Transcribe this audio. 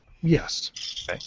Yes